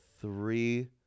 three